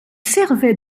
servaient